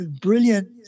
brilliant